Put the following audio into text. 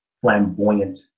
flamboyant